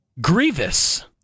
grievous